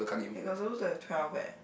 eh we are supposed to have twelve leh